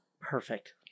Perfect